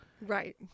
Right